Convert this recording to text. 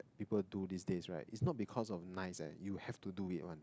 people do these days right is not because of nice eh you have to do it one